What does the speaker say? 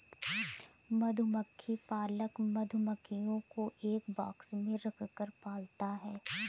मधुमक्खी पालक मधुमक्खियों को एक बॉक्स में रखकर पालता है